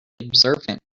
observant